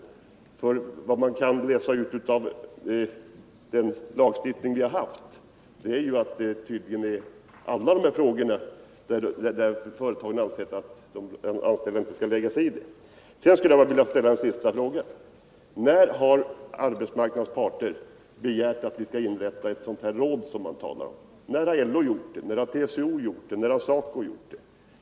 Enligt vad man kan läsa ut av debatten kring den nyligen tagna lagstiftningen framgår att företagarna tydligen i alla de här frågorna har ansett att deras anställda inte skall lägga sig i detta. Sedan skulle jag vilja ställa en sista fråga: När har arbetsmarknadens parter begärt att vi skall inrätta ett sådant råd som det talas om här? När har LO gjort det? När har TCO gjort det? När har SACO gjort det?